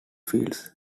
fields